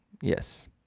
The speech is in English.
yes